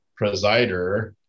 presider